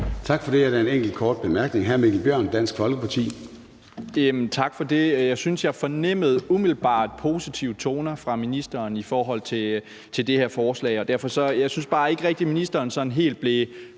Tak for det. Jeg syntes umiddelbart, at jeg fornemmede positive toner fra ministeren i forhold til det her forslag. Jeg synes bare ikke, at ministeren sådan helt blev